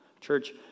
Church